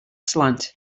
slant